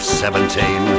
seventeen